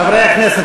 חבר הכנסת